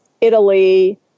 Italy